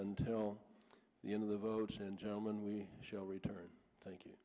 until the end of the vote and gentlemen we shall return thank you